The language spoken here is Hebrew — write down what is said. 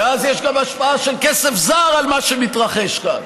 ואז יש גם השפעה של כסף זר על מה שמתרחש כאן,